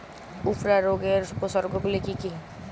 উফরা রোগের উপসর্গগুলি কি কি?